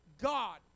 God